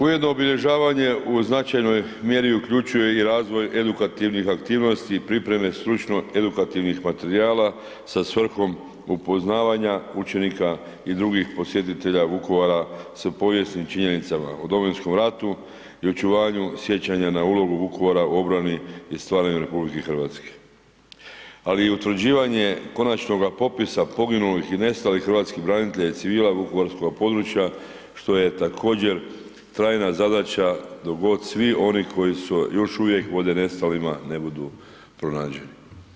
Ujedno obilježavanje u značajnoj mjeri uključuje i razvoj edukativnih aktivnosti i pripreme stručno edukativnih materijala sa svrhom upoznavanja učenika drugih posjetitelja Vukovara sa povijesnim činjenicama o Domovinskom ratu i očuvanju sjećanja na ulogu Vukovara u obrani i stvaranju RH, ali i utvrđivanje konačnoga popisa poginulih i nestalih hrvatskih branitelja i civila Vukovarskog područja što je također trajna zadaća dok god svi oni koji se još uvijek vode nestalima ne budu pronađeni.